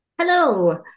Hello